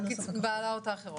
בהעלאות האחרות.